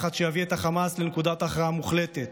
לחץ שיביא את החמאס לנקודת הכרעה מוחלטת.